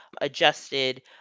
adjusted